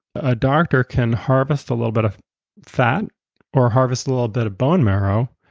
a doctor can harvest a little bit of fat or harvest little bit of bone marrow,